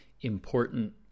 important